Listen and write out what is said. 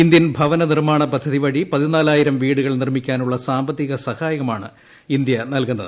Indian ഭവനനിർമ്മാണ പദ്ധതി വഴി പതിന്നാലായിരം വീടുകൾ നിർമ്മിക്കാനുള്ള സാമ്പത്തിക സഹായമാണ് ഇന്ത്യ നല്കുന്നത്